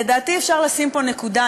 לדעתי אפשר לשים פה נקודה,